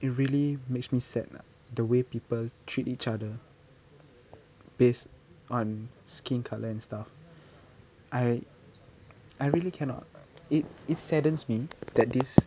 it really makes me sad lah the way people treat each other based on skin colour and stuff I I really cannot it it saddens me that this